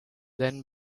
then